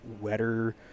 wetter